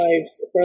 lives